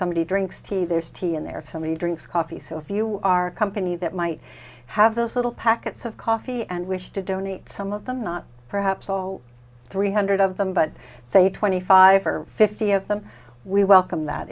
somebody drinks tea there's tea in there for somebody drinks coffee so if you are a company that might have those little packets of coffee and wish to donate some of them not perhaps all three hundred of them but say twenty five or fifty of them we welcome that